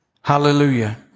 Hallelujah